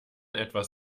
etwas